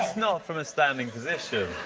that's not from a standing position.